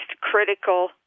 critical